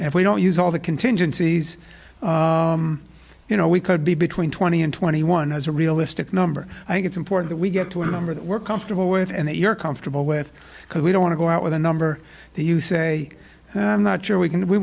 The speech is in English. if we don't use all the contingencies you know we could be between twenty and twenty one has a realistic number i think it's important that we get to a number that we're comfortable with and that you're comfortable with because we don't want to go out with a number that you say i'm not sure we can we